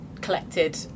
collected